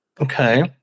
Okay